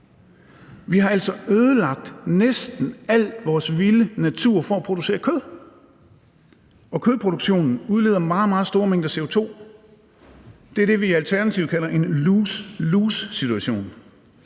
Vi har altså ødelagt næsten al vores vilde natur for at producere kød, og kødproduktion udleder meget, meget store mængder CO2. Det er det, vi i Alternativet kalder en lose-lose-situation.